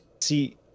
see